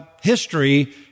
history